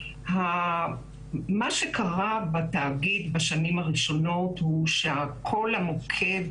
מה שקרה בתאגיד בשנים הראשונות הוא שכל מוקד